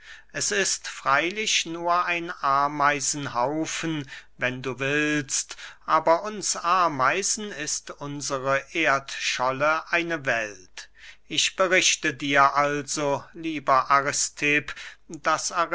es ist freylich nur ein ameisenhaufen wenn du willst aber uns ameisen ist unsere erdscholle eine welt ich berichte dir also lieber aristipp daß